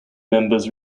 members